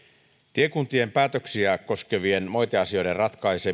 tiekuntien päätöksiä koskevien moiteasioiden ratkaiseminen